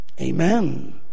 Amen